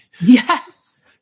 Yes